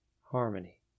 harmony